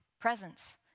presence